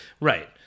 right